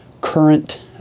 current